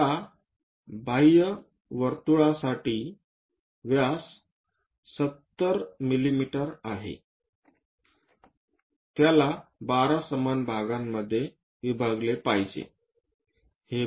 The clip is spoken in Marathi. या बाह्य वर्तुळासाठी व्यास 70 मिमी आहे एखाद्याला 12 समान भागांमध्ये विभागले पाहिजे